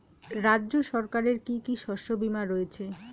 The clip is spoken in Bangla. রাজ্য সরকারের কি কি শস্য বিমা রয়েছে?